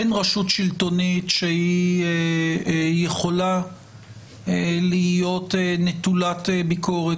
אין רשות שלטונית שיכולה להיות נטולת ביקורת,